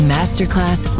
Masterclass